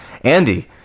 Andy